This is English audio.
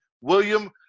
William